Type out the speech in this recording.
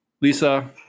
Lisa